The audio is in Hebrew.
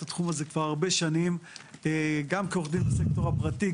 התחום הזה כבר הרבה שנים גם כעו"ד בסקטור הפרטי,